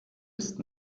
ist